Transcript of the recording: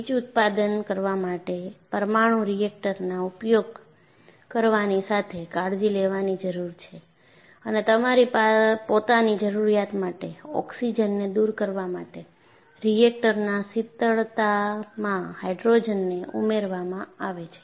વીજ ઉત્પાદન કરવા માટે પરમાણુ રિએક્ટરના ઉપયોગ કરવાની સાથે કાળજી લેવાની જરૂર છે અને તમારી પોતાની જરૂરિયાત માટે ઓક્સિજનને દૂર કરવા માટે રિએક્ટરના શીતળતામાં હાઇડ્રોજનને ઉમેરવામાં આવે છે